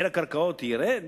מחיר הקרקעות ירד?